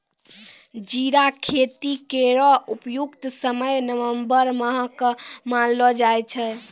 जीरा खेती केरो उपयुक्त समय नवम्बर माह क मानलो जाय छै